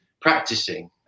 practicing